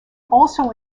also